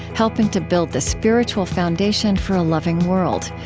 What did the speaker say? helping to build the spiritual foundation for a loving world.